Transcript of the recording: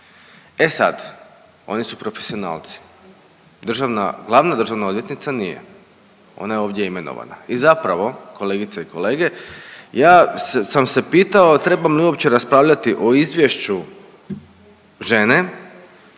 E sad, oni su profesionalci, državna, glavna državna odvjetnica nije, ona je ovdje imenovana i zapravo kolegice i kolege ja sam se pitao trebam li uopće raspravljati o izvješću žene,